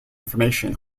information